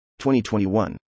2021